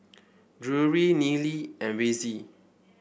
Drury Nealy and Vassie